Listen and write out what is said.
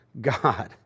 God